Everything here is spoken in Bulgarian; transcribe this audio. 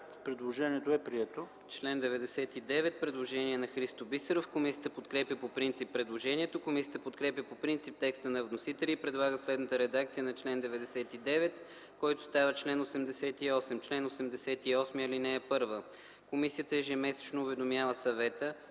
Предложението е прието.